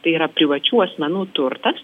tai yra privačių asmenų turtas